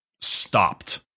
stopped